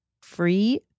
free